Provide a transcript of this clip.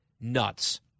nuts